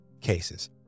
cases